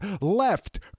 Left